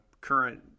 current